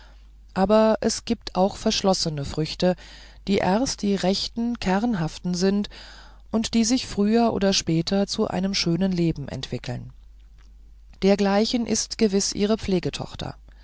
aber es gibt auch verschlossene früchte die erst die rechten kernhaften sind und die sich früher oder später zu einem schönen leben entwickeln dergleichen ist gewiß ihre